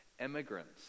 Immigrants